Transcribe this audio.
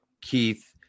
Keith